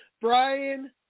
Brian